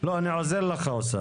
אני עוזר לך, אוסאמה.